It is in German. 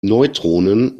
neutronen